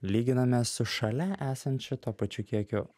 lyginame su šalia esančiu tuo pačiu kiekiu